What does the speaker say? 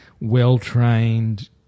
well-trained